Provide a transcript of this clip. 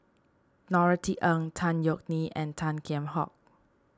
Norothy Ng Tan Yeok Nee and Tan Kheam Hock